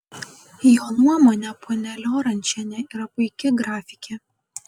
jo nuomone ponia liorančienė yra puiki grafikė